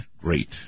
great